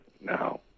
Now